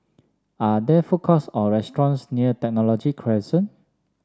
are there food courts or restaurants near Technology Crescent